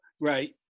Right